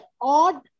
odd